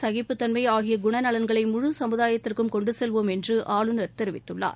சகிப்புத்தன்மைஆகியகுணநலன்களை முழு சமுதாயத்திற்கும் கொண்டுசெல்வோம் என்றுஆளுநர் தெரிவித்துள்ளார்